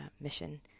mission